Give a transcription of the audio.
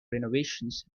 renovations